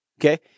Okay